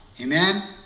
Amen